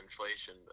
inflation